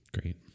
Great